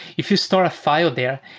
if you store a file there,